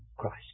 Christ